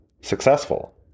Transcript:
successful